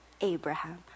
Abraham